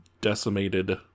decimated